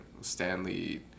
Stanley